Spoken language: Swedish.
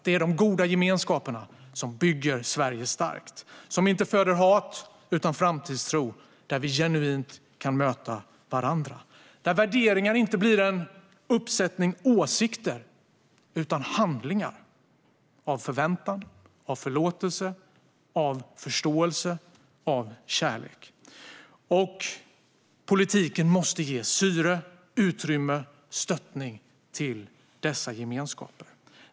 Det är de goda gemenskaperna som bygger Sverige starkt, som inte föder hat utan framtidstro och som gör att vi genuint kan möta varandra. Där blir värderingar inte en uppsättning åsikter utan handlingar av förväntan, förlåtelse, förståelse och kärlek. Och politiken måste ge dessa gemenskaper syre, utrymme och stöttning.